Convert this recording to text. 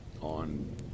on